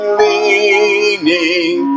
leaning